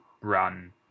run